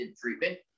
treatment